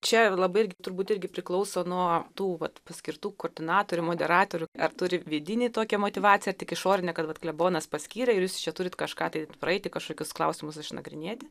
čia labai irgi turbūt irgi priklauso nuo tų vat paskirtų koordinatorių moderatorių ar turi vidinį tokią motyvaciją tik išorinę kad vat klebonas paskyrė ir jūs čia turit kažką tai praeiti kažkokius klausimus išnagrinėti